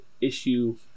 issue